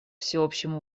всеобщим